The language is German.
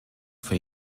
für